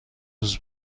روز